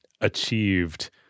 achieved